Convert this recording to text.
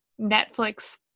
Netflix